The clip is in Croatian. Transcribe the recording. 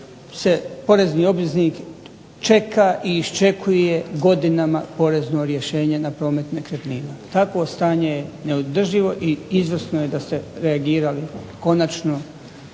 porezni obveznik i čeka i iščekuje godinama porezno rješenje na promet nekretnina. Takvo stanje je neodrživo i izvrsno je da ste reagirali konačno